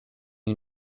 you